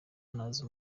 ntazi